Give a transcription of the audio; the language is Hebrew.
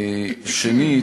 שנית,